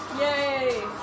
Yay